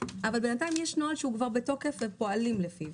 אבל בינתיים יש נוהל שהוא כבר בתוקף ופועלים לפיו.